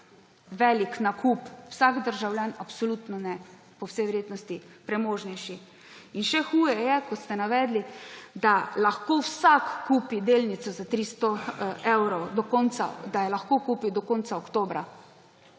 velik nakup? Vsak državljan absolutno ne, po vsej verjetnosti premožnejši. In še huje je, ko ste navedli, da lahko vsak kupi delnice za 300 evrov, da je lahko kupil do konca oktobra.